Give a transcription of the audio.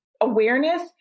awareness